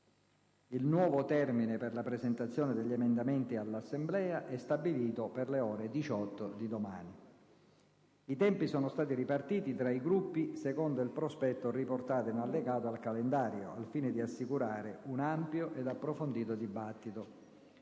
Il nuovo termine per la presentazione degli emendamenti all'Assemblea è stabilito per le ore 18 di domani. I tempi sono stati ripartiti tra i Gruppi secondo il prospetto riportato in allegato al calendario, al fine di assicurare un ampio ed approfondito dibattito.